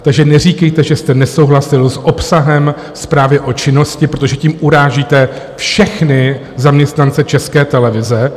Takže neříkejte, že jste nesouhlasil s obsahem zprávy o činnosti, protože tím urážíte všechny zaměstnance České televize.